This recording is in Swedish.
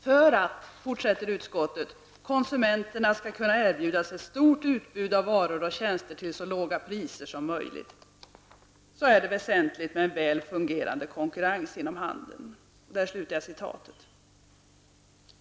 För att konsumenterna skall kunna erbjudas ett stort utbud av varor och tjänster till så låga priser som möjligt är det väsentligt med en väl fungerande konkurrens inom handeln.''